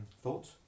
thoughts